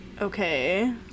Okay